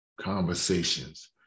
conversations